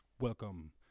welcome